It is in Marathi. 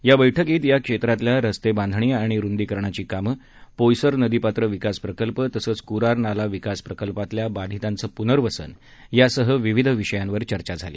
या बैठकीत या क्षेत्रातल्या रस्ते बांधणी आणि रुदीकरणाची काम पोयसर नदी पात्र विकास प्रकल्प तसंच कुरार नाला विकास प्रकल्पातल्या बाधितांचं पुनर्वसन यासह विविध विषयांवर चर्चा झाली